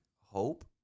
hope